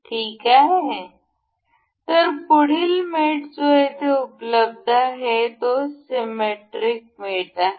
ठीक आहे तर पुढील मेट जो येथे उपलब्ध आहे तो सिमेट्रिक मेट आहे